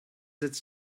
its